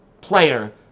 player